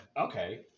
Okay